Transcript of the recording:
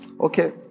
Okay